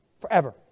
forever